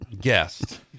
Guest